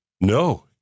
No